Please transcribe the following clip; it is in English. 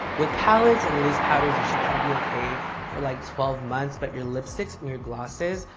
with palettes and loose powders, you should kind of be okay for like twelve months. but your lipsticks and your glosses,